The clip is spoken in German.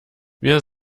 wir